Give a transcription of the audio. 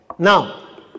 now